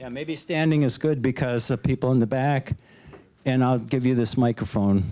maybe standing is good because the people in the back and i'll give you this microphone